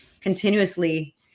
continuously